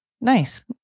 Nice